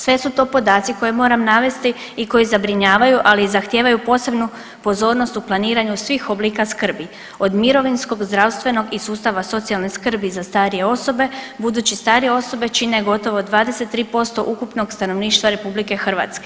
Sve su to podaci koje moram navesti i koji zabrinjavaju ali i zahtijevaju posebnu pozornost u planiranju svih oblika skrbi, od mirovinskog, zdravstvenog i sustava socijalne skrbi za starije osobe budući starije osobe čine gotovo 23% ukupnog stanovništva RH.